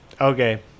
okay